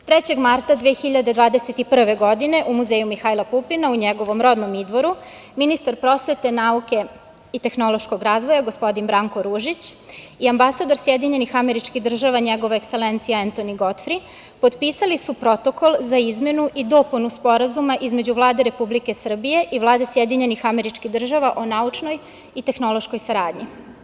Dana 3. marta 2021. godine u „Muzeju Mihajla Pupina“, u njegovom rodnom Idvoru, ministar prosvete, nauke i tehnološkog razvoja, gospodin Branko Ružić, i ambasador SAD, NJegova ekselencija Entoni Godfri, potpisali su Protokol za izmenu i dopunu Sporazuma između Vlade Republike Srbije i Vlade SAD o naučnoj i tehnološkoj saradnji.